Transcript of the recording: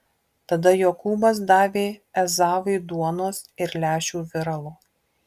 tada jokūbas davė ezavui duonos ir lęšių viralo